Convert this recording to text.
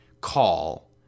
call